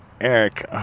Eric